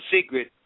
secret